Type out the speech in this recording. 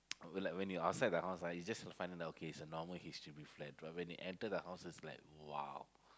or like when you outside the house ah it's just like find finding like okay it's just a normal H_D_B flat but when you enter the house is like !wow!